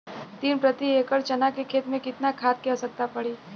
तीन प्रति एकड़ चना के खेत मे कितना खाद क आवश्यकता पड़ी?